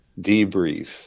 debrief